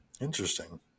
Interesting